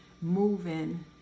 moving